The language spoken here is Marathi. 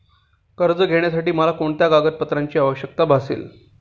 कर्ज घेण्यासाठी मला कोणत्या कागदपत्रांची आवश्यकता भासेल?